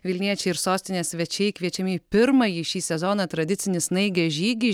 vilniečiai ir sostinės svečiai kviečiami į pirmąjį šį sezoną tradicinį snaigės žygį